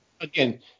again